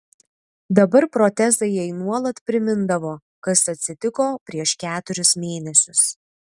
dabar protezai jai nuolat primindavo kas atsitiko prieš keturis mėnesius